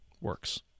works